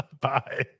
Bye